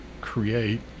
create